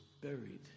buried